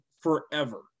forever